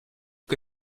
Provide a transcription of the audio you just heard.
que